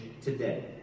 today